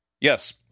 Yes